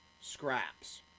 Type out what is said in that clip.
scraps